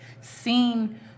seen